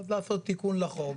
אז לעשות תיקון לחוק,